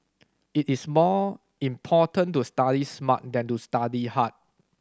it is more important to study smart than to study hard